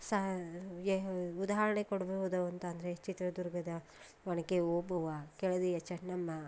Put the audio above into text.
ಸಾ ಏ ಉದಾಹರಣೆ ಕೊಡ್ಬೋದು ಅಂತ ಅಂದರೆ ಚಿತ್ರದುರ್ಗದ ಒನಕೆ ಓಬವ್ವ ಕೆಳದಿಯ ಚನ್ನಮ್ಮ